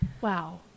Wow